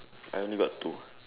I only got two